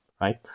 right